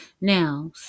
Now